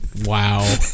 Wow